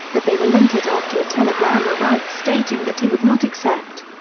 but they relented after a telegram arrived stating that he would not accept.